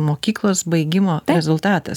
mokyklos baigimo rezultatas